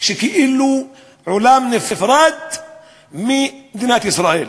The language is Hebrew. כאילו עולם נפרד ממדינת ישראל.